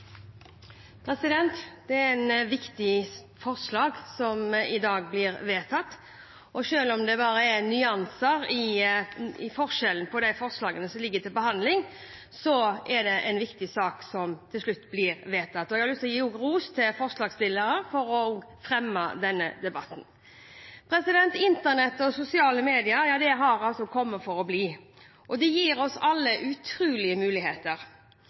nyanser i forslagene som ligger til behandling, er det en viktig sak som til slutt blir vedtatt. Jeg har lyst til å gi ros til forslagsstillerne for å ta opp denne debatten. Internett og sosiale medier har kommet for å bli. Det gir oss alle utrolige muligheter.